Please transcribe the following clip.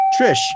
Trish